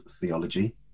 theology